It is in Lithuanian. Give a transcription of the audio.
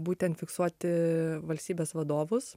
būtent fiksuoti valstybės vadovus